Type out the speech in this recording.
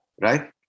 right